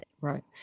Right